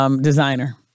designer